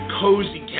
cozy